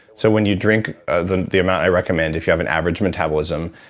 so when you drink the the amount i recommend if you have an average metabolism,